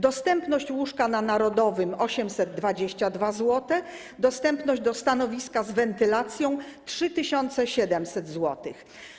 Dostępność łóżka na Narodowym - 822 zł, dostępność stanowiska z wentylacją - 3700 zł.